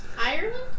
Ireland